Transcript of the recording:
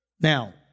Now